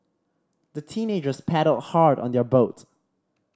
the teenagers paddled hard on their boat